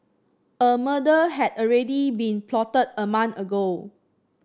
a murder had already been plotted a month ago